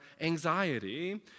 anxiety